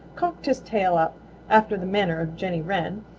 cocked his tail up after the manner of jenny wren,